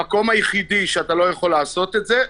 המקום היחידי שאתה לא יכול לעשות את זה,